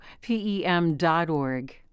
PEM.org